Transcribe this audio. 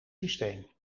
systeem